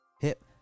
Hip